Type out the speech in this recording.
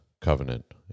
Covenant